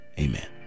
amen